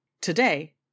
Today